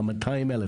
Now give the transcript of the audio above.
200,000,